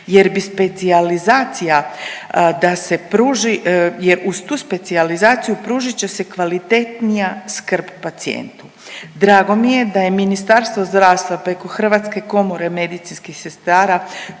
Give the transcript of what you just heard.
jer uz tu specijalizaciju pružit će se kvalitetnija skrb pacijentu. Drago mi je da je Ministarstvo zdravstva preko Hrvatske komore medicinskih sestara